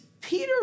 Peter